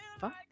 fuck